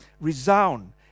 resound